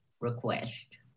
request